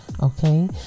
okay